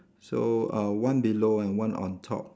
so uh one below and one on top